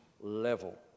level